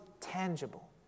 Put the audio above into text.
tangible